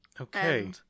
Okay